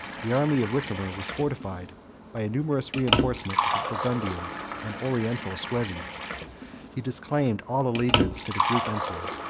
the army of ricimer was fortified by a numerous reenforcement of burgundians and oriental suevi he disclaimed all allegiance to the greek emperor,